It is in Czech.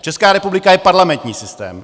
Česká republika je parlamentní systém.